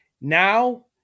Now